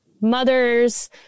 mothers